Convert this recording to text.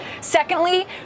Secondly